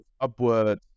upward